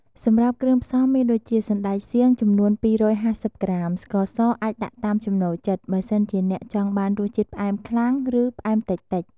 សម្រាប់គ្រឿងផ្សំមានដូចជា សណ្តែកសៀងចំនួន ២៥០ ក្រាម ស្ករសអាចដាក់តាមចំណូលចិត្ត បើសិនជាអ្នកចង់បានរសជាតិផ្អែមខ្លាំង ឬផ្អែមតិចៗ។